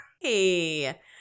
Hey